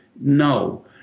no